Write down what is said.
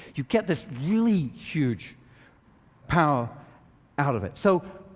you get this really huge power out of it. so,